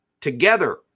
together